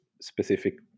specific